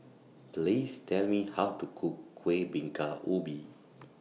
Please Tell Me How to Cook Kueh Bingka Ubi